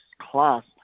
class